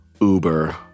Uber